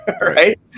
right